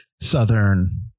Southern